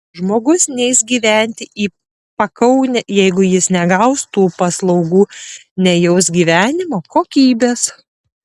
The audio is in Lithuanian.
žmogus neis gyventi į pakaunę jeigu jis negaus tų paslaugų nejaus gyvenimo kokybės